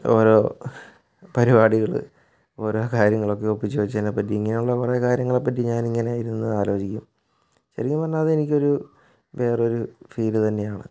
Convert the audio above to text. ഓരോ പരിപാടികൾ ഓരോ കാര്യങ്ങളൊക്കെ ഒപ്പിച്ചു വെച്ചതിനെ പറ്റിയും ഇങ്ങനെയുള്ള കുറെ കാര്യങ്ങളെ പറ്റി ഞാനിങ്ങനെ ഇരുന്ന് ആലോചിക്കും ശരിക്കും പറഞ്ഞാൽ അതെനിക്കൊരു വേറൊരു ഫീല് തന്നെയാണ്